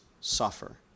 suffer